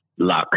luck